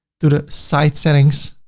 to the site settings,